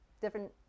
different